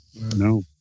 No